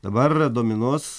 dabar dominuos